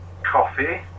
Coffee